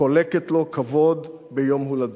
חולקת לו כבוד ביום הולדתו.